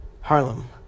Harlem